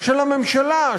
של הממשלה,